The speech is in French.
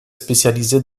spécialisée